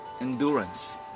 endurance